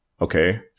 okay